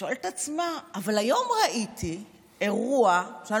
ושואלת את עצמה: אבל היום ראיתי אירוע שאני